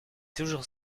toujours